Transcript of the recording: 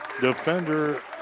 defender